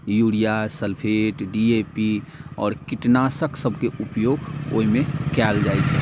urea sulphate D A P आओर कीटनाशक सबके उपयोग ओहिमे कएल जाइत छै